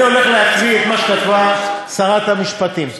אני הולך להקריא את מה שכתבה שרת המשפטים: